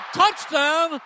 touchdown